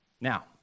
Now